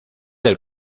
del